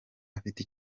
afite